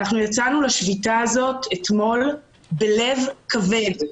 אנחנו יצאנו לשביתה הזאת אתמול בלב כבד.